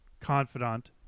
confidant